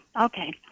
Okay